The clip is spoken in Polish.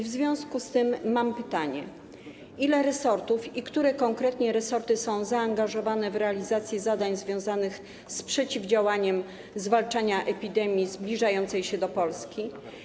W związku z tym mam pytanie: Ile resortów, i które konkretnie resorty, jest zaangażowanych w realizację zadań związanych z przeciwdziałaniem, ze zwalczaniem epidemii zbliżającej się do Polski?